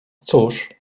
cóż